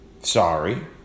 Sorry